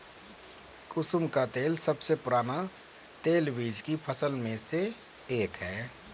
कुसुम का तेल सबसे पुराने तेलबीज की फसल में से एक है